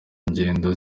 ngendo